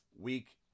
week